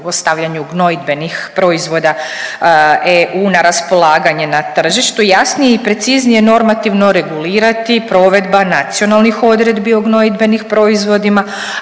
o stavljanju gnojidbenih proizvoda EU na raspolaganje na tržištu jasnije i preciznije normativno regulirati provedba nacionalnih odredbi o gnojidbenim proizvodima,